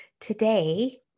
Today